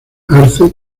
arce